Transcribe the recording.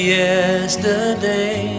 yesterday